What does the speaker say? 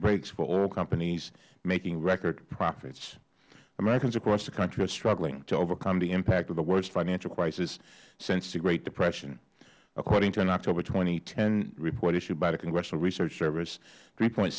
breaks for oil companies making record profits americans across the country are struggling to overcome the impact of the worst financial crisis since the great depression according to an october two thousand and ten report issued by the congressional research service three point